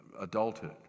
adulthood